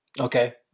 Okay